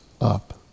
up